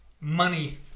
money